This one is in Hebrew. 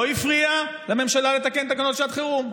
לא הפריעה לממשלה להתקין תקנות שעת חירום.